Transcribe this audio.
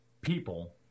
people